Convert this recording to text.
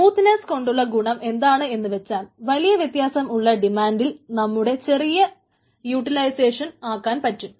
smoothness കൊണ്ടുള്ള ഗുണം എന്താണെന്നുവെച്ചാൽ വലിയ വ്യത്യാസം ഉള്ള ഡിമാൻഡിൽ നമുക്ക് ചെറിയ യൂട്ടിലൈസേഷൻ ആക്കാൻ പറ്റും